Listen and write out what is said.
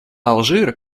алжир